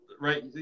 right